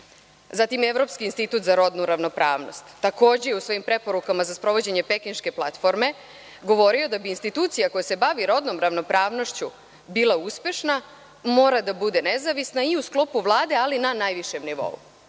zatim evropski institut za rodnu ravnopravnost takođe je u svojim preporukama za sprovođenje Pekinške platforme govorio: „Da bi institucija koja se bavi rodnom ravnopravnošću bila uspešna, mora da bude nezavisna i u sklopu Vlade, ali na najvišem